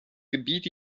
gebiet